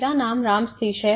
मेरा नाम राम सतीश है